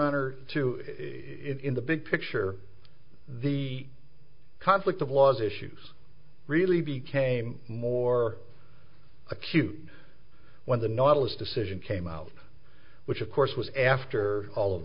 honor to it in the big picture the conflict of laws issues really became more acute when the nautilus decision came out which of course was after all of